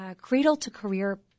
cradle-to-career